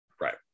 right